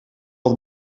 wat